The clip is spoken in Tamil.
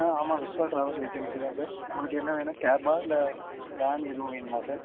ஆ ஆமாங்க விஷ்வா ட்ராவல் ஏஜென்சி தான் சார் உங்களுக்கு என்ன வேணும் கேப்பா இல்லை வேன் எதுவும் வேணுமா சார்